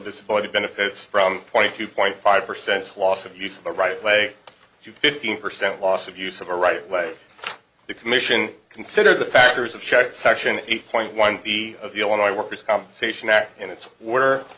disability benefits from twenty two point five percent loss of use of the right way to fifteen percent loss of use of a right way the commission consider the factors of checked section eight point one b of the illinois workers compensation act and it's w